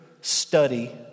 study